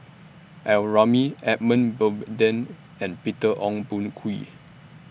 L Ramli Edmund Blundell and Peter Ong Boon Kwee